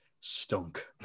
stunk